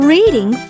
Reading